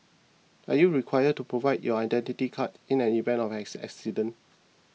are you required to provide your Identity Card in an event of an ass accident